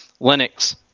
Linux